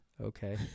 Okay